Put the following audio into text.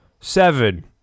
seven